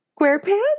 Squarepants